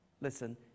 Listen